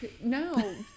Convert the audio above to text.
No